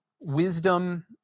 wisdom